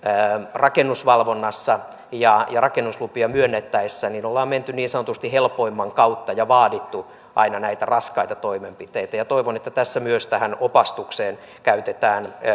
rakennusvalvonnassa ja rakennuslupia myönnettäessä ollaan menty niin sanotusti helpoimman kautta ja vaadittu aina näitä raskaita toimenpiteitä toivon että tässä myös tähän opastukseen ja täydennyskoulutukseen käytetään